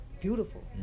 beautiful